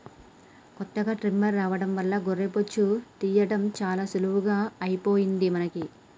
కొత్తగా ట్రిమ్మర్ రావడం వల్ల గొర్రె బొచ్చు తీయడం చాలా సులువుగా అయిపోయింది మనకి